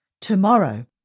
tomorrow